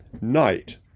night